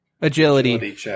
Agility